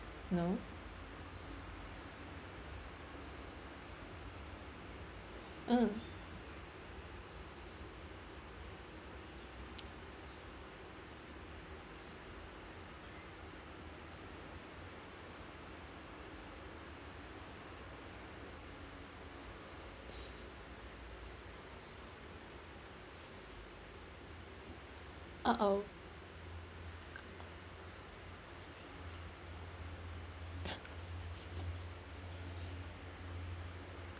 no ah uh oh